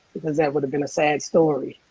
because that would have been a sad story.